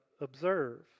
observe